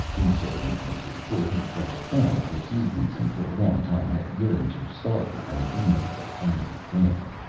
he said instantly, for he was a fan of miss eden's and for a long time had yearned to star her in a remake of vanity fair.